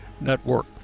Network